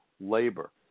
labor